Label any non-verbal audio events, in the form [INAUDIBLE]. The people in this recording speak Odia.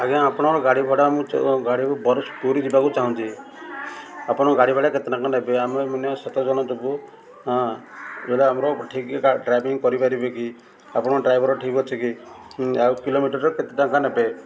ଆଜ୍ଞା ଆପଣଙ୍କ ଗାଡ଼ି ଭଡ଼ା ମୁଁ [UNINTELLIGIBLE] ଗାଡ଼ି ବରଷ ପୁରୀ ଯିବାକୁ ଚାହୁଁଚି ଆପଣ ଗାଡ଼ି ଭାଡ଼ା କେତେ ଟଙ୍କା ନେବେ ଆମେ ମିନିମମ୍ ସାତ ଜଣ ଯିବୁ ହଁ ଯଟା ଆମର ଠିକ ଡ୍ରାଇଭିଂ କରିପାରିବେ କି ଆପଣଙ୍କ ଡ୍ରାଇଭର୍ ଠିକ୍ ଅଛି କି ଆଉ କିଲୋମିଟରର କେତେ ଟଙ୍କା ନେବେ